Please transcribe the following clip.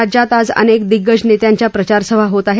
राज्यात आज अनेक दिग्गज नेत्यांच्या प्रचारसभा होत आहेत